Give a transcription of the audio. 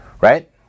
right